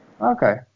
Okay